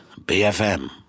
BFM